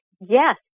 Yes